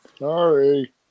Sorry